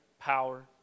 power